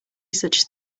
such